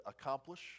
accomplish